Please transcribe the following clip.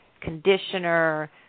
conditioner